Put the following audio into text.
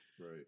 Right